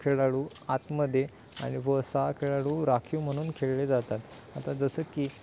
खेळाडू आतमध्ये आणि व सहा खेळाडू राखीव म्हणून खेळले जातात आता जसं की